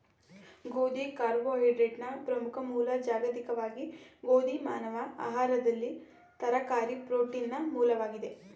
ಗೋಧಿ ಕಾರ್ಬೋಹೈಡ್ರೇಟ್ನ ಪ್ರಮುಖ ಮೂಲ ಜಾಗತಿಕವಾಗಿ ಗೋಧಿ ಮಾನವ ಆಹಾರದಲ್ಲಿ ತರಕಾರಿ ಪ್ರೋಟೀನ್ನ ಮೂಲವಾಗಿದೆ